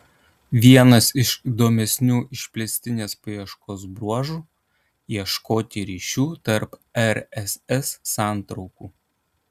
vienas iš įdomesnių išplėstinės paieškos bruožų ieškoti ryšių tarp rss santraukų